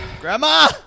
Grandma